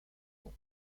bon